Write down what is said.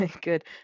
good